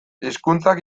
hizkuntzak